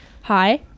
Hi